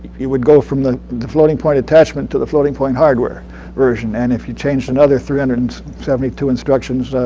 you would go from the the floating point attachment to the floating point hardware version. and if you changed another three hundred and seventy two instructions,